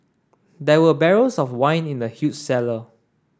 there were barrels of wine in the huge cellar